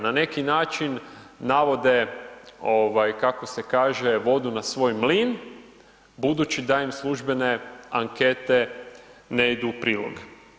Na neki način navode kako se kaže „vodu na svoj mlin“ budući da im službene ankete ne idu u prilog.